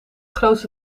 grootste